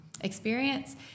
experience